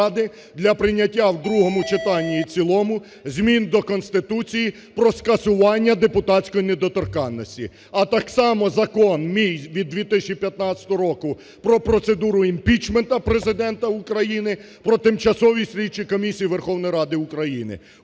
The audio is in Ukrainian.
для прийняття в другому читанні і в цілому змін до Конститції про скасування депутатської недоторканності, а так само закон мій від 2015 року про процедуру імпічменту Президента України, про тимчасові слідчі комісії Верховної Ради України